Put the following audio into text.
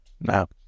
No